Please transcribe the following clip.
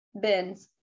Bins